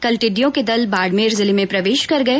कल टिड्डियों के दल बाडमेर जिले में प्रवेश कर गए